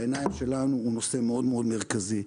בעיניים שלנו הוא נושא מאוד מאוד מרכזי.